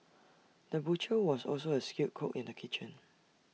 the butcher was also A skilled cook in the kitchen